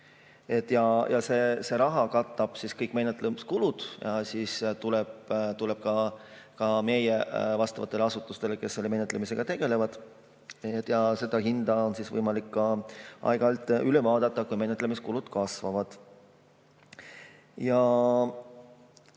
See raha katab kõik menetlemiskulud ja tuleb meie asutustele, kes selle menetlemisega tegelevad. Hinda on võimalik ka aeg-ajalt üle vaadata, kui menetlemiskulud kasvavad.